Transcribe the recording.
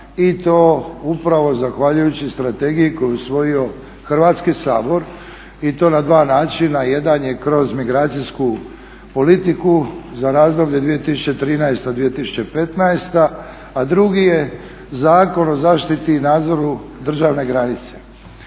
i to upravo zahvaljujući strategiji koju je usvojio Hrvatski sabor i to na dva načina. Jedan je kroz migracijsku politiku za razdoblje 2013-2015, a drugi je Zakon o zaštiti i nadzoru državne granice.